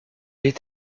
est